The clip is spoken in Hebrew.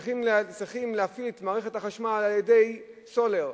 צריכים להפעיל את מערכת החשמל על-ידי סולר.